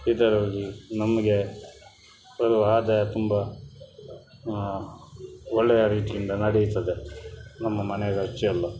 ಇದರಲ್ಲಿ ನಮಗೆ ಬರುವ ಆದಾಯ ತುಂಬ ಒಳ್ಳೆಯ ರೀತಿಯಿಂದ ನಡೀತದೆ ನಮ್ಮ ಮನೆಯ ಖರ್ಚೆಲ್ಲ